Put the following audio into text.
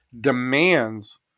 demands